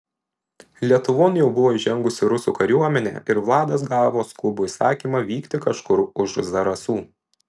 lietuvon jau buvo įžengusi rusų kariuomenė ir vladas gavo skubų įsakymą vykti kažkur už zarasų